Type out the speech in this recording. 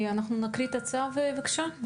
אנחנו נקריא את התיקון לצו, בבקשה.